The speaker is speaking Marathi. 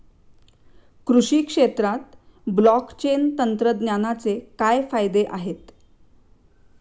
कृषी क्षेत्रात ब्लॉकचेन तंत्रज्ञानाचे काय फायदे आहेत?